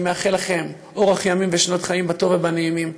אני מאחל לכם אורך ימים ושנות חיים בטוב ובנעימים.